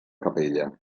capella